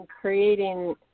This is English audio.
creating